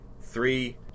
three